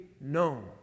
known